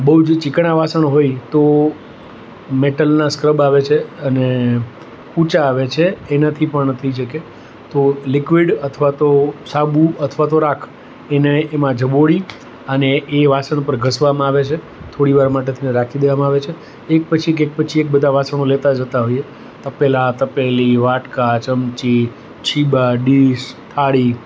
બહુ જ ચીકણાં વાસણ હોય મેટલનાં સ્ક્રબ આવે છે અને કૂચા આવે છે એનાથી પણ થઈ શકે તો લિક્વિડ અથવા તો સાબુ અથવા તો રાખ એને એમાં ઝબોળી અને એ વાસણ પર ઘસવામાં આવે છે થોડીવાર માટે તેને રાખી દેવામાં આવે છે એક પછી એક એક પછી એક બધાં વાસણો લેતા જતાં હોઈએ તપેલાં તપેલી વાટકા ચમચી છીબા ડિશ થાળી